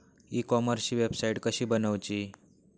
E कॉमर्सची website कशी बनवची?